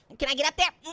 can i get up there?